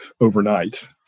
overnight